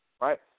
right